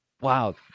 Wow